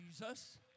Jesus